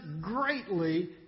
greatly